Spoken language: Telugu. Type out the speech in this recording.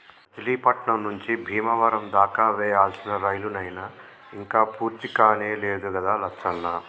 మచిలీపట్నం నుంచి బీమవరం దాకా వేయాల్సిన రైలు నైన ఇంక పూర్తికానే లేదు గదా లచ్చన్న